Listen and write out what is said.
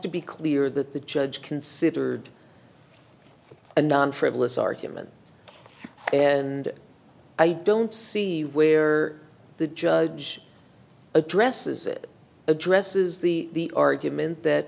to be clear that the judge considered and frivolous argument and i don't see where the judge addresses it addresses the argument that